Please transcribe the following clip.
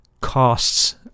Costs